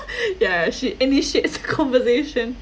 ya she initiates conversation